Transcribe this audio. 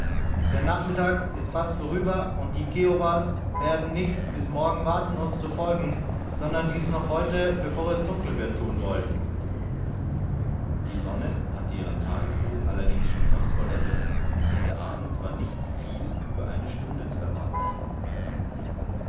der nachmittag ist fast vorüber und die kiowas werden nicht bis morgen warten uns zu folgen sondern dies noch heut bevor es dunkel wird tun wollen die sonne hatte ihren tagesbogen allerdings schon fast vollendet und der abend war in nicht viel über einer stunde zu erwarten